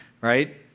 right